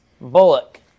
Bullock